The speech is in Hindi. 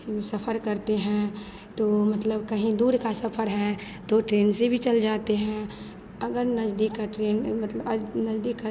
हम सफर करते हैं तो मतलब कहीं दूर का सफर है तो ट्रेन से भी चल जाते हैं अगर नज़दीक की ट्रेन अभी मतलब आज नज़दीक का